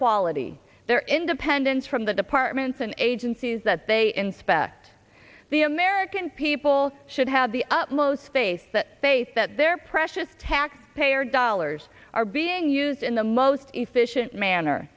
quality their independence from the departments and agencies that they inspect the american people should have the upmost face that face that their precious taxpayer dollars are being used in the most efficient manner